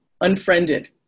unfriended